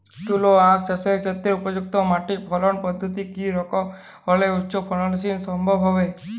তুলো আঁখ চাষের ক্ষেত্রে উপযুক্ত মাটি ফলন পদ্ধতি কী রকম হলে উচ্চ ফলন সম্ভব হবে?